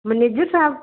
manager Sahib